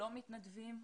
לא מתנדבים,